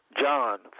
John